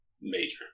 Major